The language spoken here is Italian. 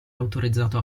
autorizzato